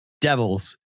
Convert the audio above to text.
Devils